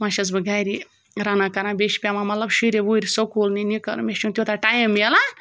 وۄنۍ چھٮ۪س بہٕ گَرِ رَنان کَران بیٚیہِ چھِ پٮ۪وان مطلب شُرۍ وُرۍ سکوٗل نِن یہِ کَرُن مےٚ چھِنہٕ تیوٗتاہ ٹایِم میلان